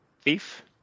thief